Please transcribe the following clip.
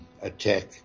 attack